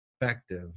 effective